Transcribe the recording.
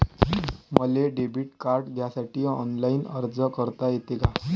मले debit card घ्यासाठी online अर्ज करता येते का?